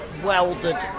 welded